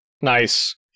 Nice